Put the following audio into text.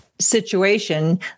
situation